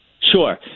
Sure